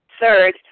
Third